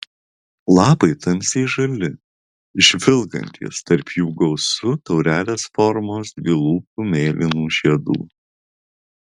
lapai tamsiai žali žvilgantys tarp jų gausu taurelės formos dvilūpių mėlynų žiedų